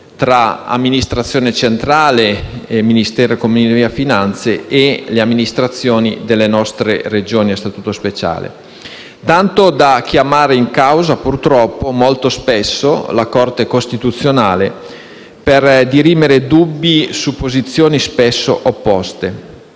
tra l'amministrazione centrale, Ministero dell'economia e delle finanze, e le amministrazioni delle nostre Regioni a statuto speciale, tanto da chiamare in causa, purtroppo, molto sovente la Corte costituzionale per dirimere dubbi su posizioni sovente opposte: